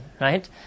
right